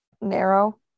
narrow